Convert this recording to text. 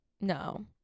No